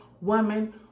woman